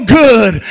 good